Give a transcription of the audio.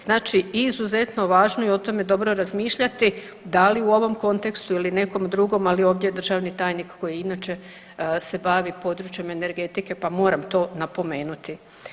Znači, izuzetno važno i o tome dobro razmišljati, da li u ovom kontekstu ili nekom drugom, ali ovdje je državni tajnik koji je inače se bavi područjem energetike pa moram to napomenuti.